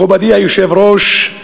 מכובדי היושב-ראש,